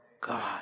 God